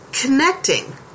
connecting